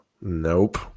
Nope